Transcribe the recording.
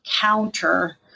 counter